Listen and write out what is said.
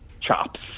chops